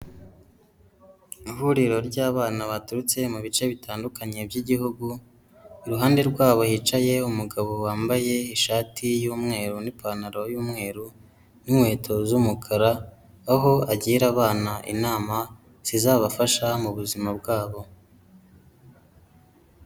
Ihuriro ry'abana baturutse mu bice bitandukanye by'igihugu, iruhande rwabo hicaye umugabo wambaye ishati y'umweru nipantaro y'umweru n'inkweto z'umukara, aho agira abana inama zizabafasha mu buzima bwabo.